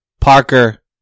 Parker